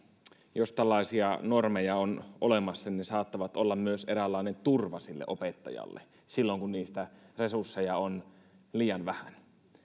jos tällaisia normeja on olemassa ne ne saattavat olla myös eräänlainen turva sille opettajalle silloin kun resursseja on liian vähän